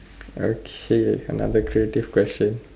okay another creative question